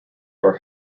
are